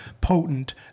potent